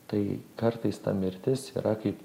tai kartais ta mirtis yra kaip